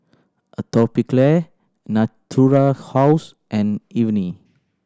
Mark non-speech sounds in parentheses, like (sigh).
Atopiclair Natura House and (unintelligible)